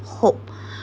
hope